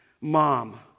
mom